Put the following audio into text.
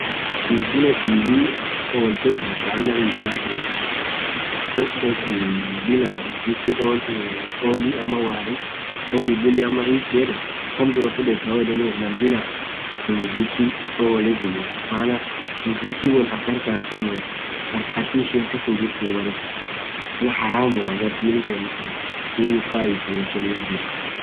Bila tv olthe bultha ama ishiatiaf iyyo Mal dhekhi Bila music olli ama warri olli buli ishi si yedhe kaam dhurah fudhetha woo yedhonth Naam Bila music olle bullu maana music wonn ankharkharthum kharkharthi ishian kas hinjirtuu berre suun maaana harramua Ghar Dini teennanen dhub hinfaithuu sunif dhidha